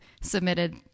submitted